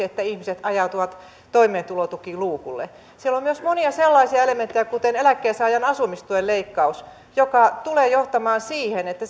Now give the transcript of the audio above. että ihmiset ajautuvat toimeentulotukiluukulle siellä on myös monia sellaisia elementtejä kuten eläkkeensaajan asumistuen leikkaus jotka tulevat johtamaan siihen että